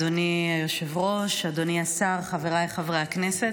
אדוני היושב-ראש, אדוני השר, חבריי חברי הכנסת,